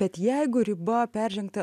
bet jeigu riba peržengta